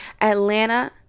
Atlanta